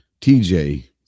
TJ